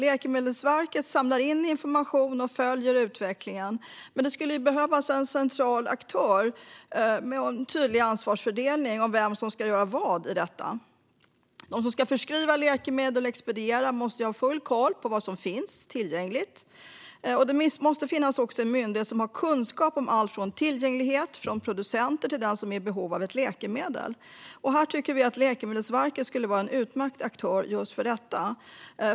Läkemedelsverket samlar in information och följer utvecklingen, men det skulle behövas en central aktör och en tydlig ansvarsfördelning i fråga om vem som ska göra vad i detta. De som ska förskriva och expediera läkemedel måste ha full koll på vad som finns tillgängligt. Det måste också finnas en myndighet som har kunskap om allt som är tillgängligt från producenter för den som är i behov av ett läkemedel. Vi tycker att Läkemedelsverket skulle vara en utmärkt aktör för just detta.